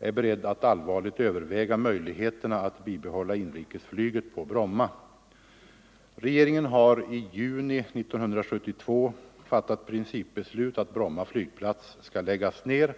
är beredd att allvarligt överväga möjligheterna att bibehålla inrikesflyget Tisdagen den skall läggas ner.